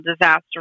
disaster